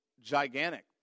gigantic